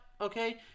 okay